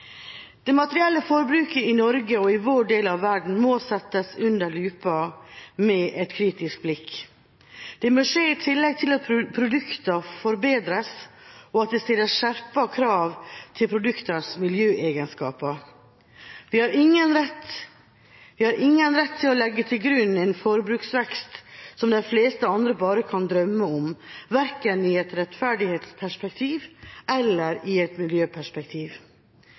Det materielle forbruket i Norge og i vår del av verden må settes under lupa med et kritisk blikk. Det må skje i tillegg til at produkter forbedres, og at det stilles skjerpede krav til produkters miljøegenskaper. Vi har ingen rett til å legge til grunn en forbruksvekst som de fleste andre bare kan drømme om, verken i et rettferdighetsperspektiv eller i et miljøperspektiv.